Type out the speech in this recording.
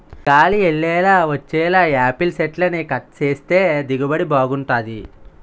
గాలి యెల్లేలా వచ్చేలా యాపిల్ సెట్లని కట్ సేత్తే దిగుబడి బాగుంటది